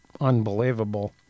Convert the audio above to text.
unbelievable